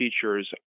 features